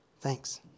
Thanks